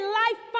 life